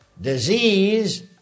Disease